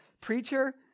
preacher